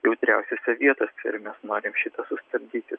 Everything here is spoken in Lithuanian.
jautriausiose vietose ir mes norime šitą sustabdyti